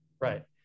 Right